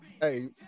hey